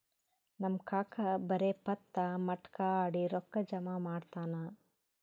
ನಮ್ ಕಾಕಾ ಬರೇ ಪತ್ತಾ, ಮಟ್ಕಾ ಆಡಿ ರೊಕ್ಕಾ ಜಮಾ ಮಾಡ್ತಾನ